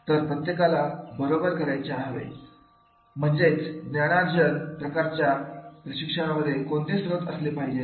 तर प्रत्येकाला बरोबर करायला हवे म्हणजेच ज्ञानार्जन प्रकाराच्या प्रशिक्षणामध्ये कोणते स्त्रोत असले पाहिजेत